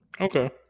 Okay